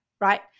right